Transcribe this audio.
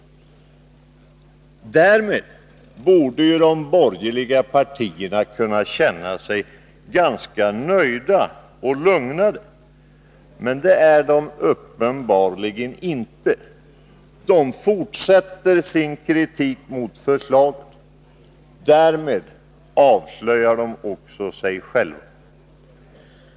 Därmed borde de borgerliga partierna kunna känna sig nöjda och lugnade. Men det är de uppenbarligen inte. De fortsätter sin kritik mot förslaget. Därmed avslöjar de sig själva.